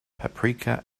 paprika